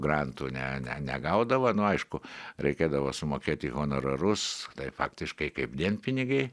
grantų ne ne negaudavo nu aišku reikėdavo sumokėti honorarus tai faktiškai kaip dienpinigiai